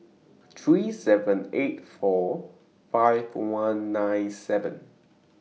three seven eight four five one nine seven